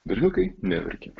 berniukai neverkia